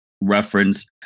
reference